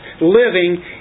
living